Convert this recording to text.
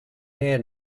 hair